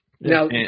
Now